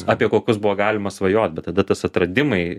apie kokius buvo galima svajot bet tada tas atradimai